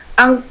ang